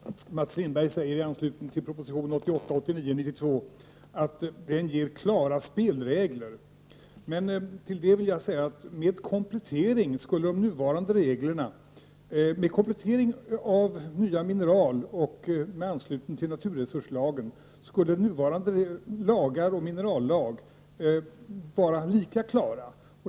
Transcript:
Herr talman! Mats Lindberg sade beträffande proposition 1988/89:92 att den ger klara spelregler. Mot bakgrund av detta vill jag säga att med komplettering av nya mineraler och med anslutning till naturresurslagen skulle nuvarande lagar och minerallag bli lika klara.